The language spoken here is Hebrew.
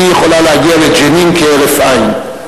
היא יכולה להגיע לג'נין כהרף עין.